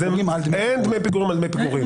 אין דמי פיגורים על דמי פיגורים.